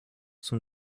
zum